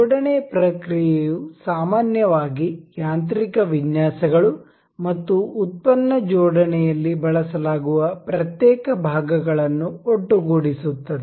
ಜೋಡಣೆ ಪ್ರಕ್ರಿಯೆಯು ಸಾಮಾನ್ಯವಾಗಿ ಯಾಂತ್ರಿಕ ವಿನ್ಯಾಸಗಳು ಮತ್ತು ಉತ್ಪನ್ನ ಜೋಡಣೆಯಲ್ಲಿ ಬಳಸಲಾಗುವ ಪ್ರತ್ಯೇಕ ಭಾಗಗಳನ್ನು ಒಟ್ಟುಗೂಡಿಸುತ್ತದೆ